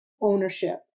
ownership